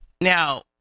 now